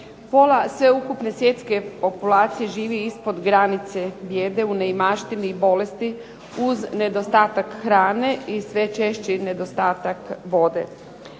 Pola sveukupne svjetske populacije živi ispod granice bijede, u neimaštini i bolesti, uz nedostatak hrane i sve češći nedostatak vode.